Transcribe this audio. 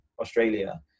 Australia